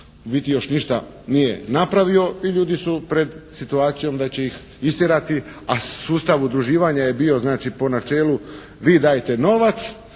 u biti još ništa nije napravio i ljudi su pred situacijom da će ih istjerati. A sustav udruživanje je bio znači po načelu, vi dajte novac,